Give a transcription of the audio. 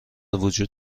وجود